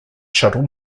shuttle